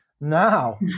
Now